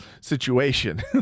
situation